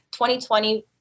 2020